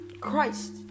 Christ